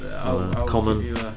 common